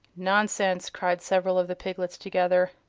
nonsense! cried several of the piglets, together.